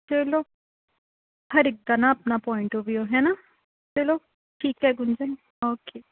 ਚਲੋ ਹਰ ਇੱਕ ਦਾ ਨਾ ਆਪਣਾ ਪੁਆਇੰਟ ਹੈ ਨਾ ਚਲੋ ਠੀਕ ਹੈ ਗੂੰਜਨ ਓਕੇ